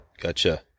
gotcha